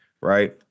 right